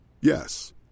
Yes